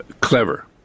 clever